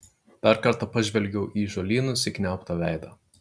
dar kartą pažvelgiau į žolynus įkniaubtą veidą